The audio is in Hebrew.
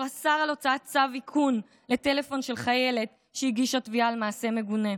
אסר על הוצאת צו איכון לטלפון של חיילת שהגישה תביעה על מעשה מגונה.